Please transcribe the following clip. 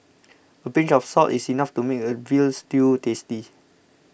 a pinch of salt is enough to make a Veal Stew tasty